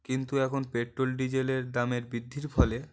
কিন্তু এখন পেট্রোল ডিজেলের দামের বৃদ্ধির ফলে